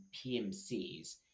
PMCs